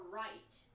right